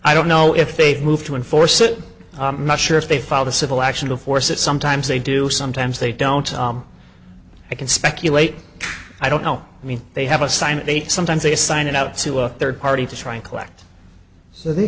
i don't know if they've moved to enforce it i'm not sure if they filed a civil action to force it sometimes they do sometimes they don't i can speculate i don't know i mean they have a sign they sometimes they sign it out to a third party to try to collect so they